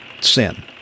sin